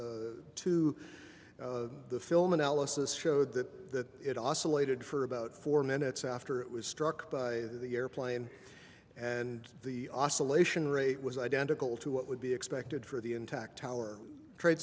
to the film analysis showed that it also waited for about four minutes after it was struck by the airplane and the oscillation rate was identical to what would be expected for the intact tower trade